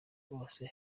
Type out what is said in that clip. bose